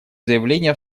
заявление